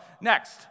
Next